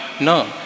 No